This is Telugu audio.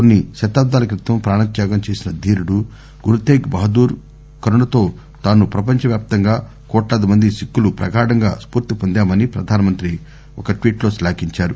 కొన్ని శతాబ్ధాల క్రితం ప్రాణత్యాగం చేసిన ధీరుడు గుర్ తేగ్ బహదూర్ కరుణతో తాను ప్రపంచ వ్యాప్తంగా కోట్లాది మంది సిక్కులు ప్రగాఢంగా స్పూర్తి విందామని ప్రధానమంత్రి ఒక ట్వీట్ లో శ్లాఘిందారు